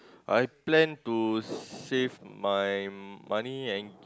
I plan to save my money and